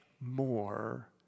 more